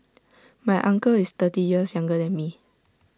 my uncle is thirty years younger than me